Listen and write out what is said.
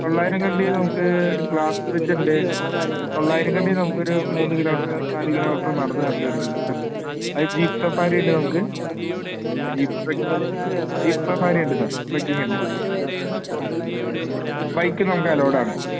തൊള്ളായിരം കണ്ടി നമുക്ക് ഗ്ലാസ് ബ്രിഡ്ജ് ഉണ്ട് തൊള്ളായിരം കണ്ടി നമുക്കൊരു മൂന്ന് കിലോമീറ്ററ് നാല് കിലോമീറ്ററ് നടന്ന് കയറേണ്ടി വരും സാർ അത് നമുക്ക് ജീപ്പ് സഫാരി ഉണ്ട് നമുക്ക് ജീപ്പ് സഫാരി ഉണ്ട് സാർ ട്രെക്കിങ്ങ് ഉണ്ട് ആ ബൈക്ക് നമുക്ക് അലൗഡാണ്